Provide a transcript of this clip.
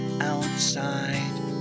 outside